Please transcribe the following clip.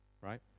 right